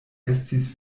estis